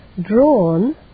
drawn